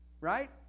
Right